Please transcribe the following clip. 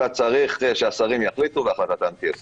אלא צריך שהשרים יחליטו והחלטתם תהיה סופית.